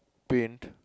paint